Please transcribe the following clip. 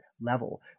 level